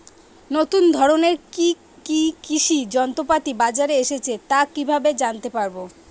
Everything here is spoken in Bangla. নতুন ধরনের কি কি কৃষি যন্ত্রপাতি বাজারে এসেছে তা কিভাবে জানতেপারব?